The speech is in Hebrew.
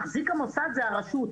מחזיק המוסד היא הרשות.